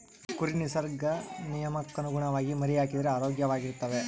ಕುರಿ ನಿಸರ್ಗ ನಿಯಮಕ್ಕನುಗುಣವಾಗಿ ಮರಿಹಾಕಿದರೆ ಆರೋಗ್ಯವಾಗಿರ್ತವೆ